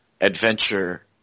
adventure